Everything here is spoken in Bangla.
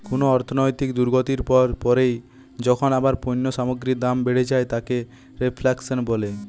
কুনো অর্থনৈতিক দুর্গতির পর পরই যখন আবার পণ্য সামগ্রীর দাম বেড়ে যায় তাকে রেফ্ল্যাশন বলে